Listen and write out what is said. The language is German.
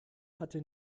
hatte